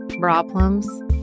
problems